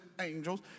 angels